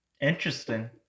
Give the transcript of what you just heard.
interesting